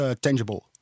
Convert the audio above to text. tangible